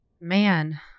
Man